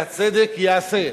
והצדק ייעשה,